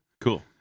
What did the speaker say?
Cool